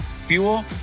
fuel